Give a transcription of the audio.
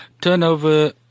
turnover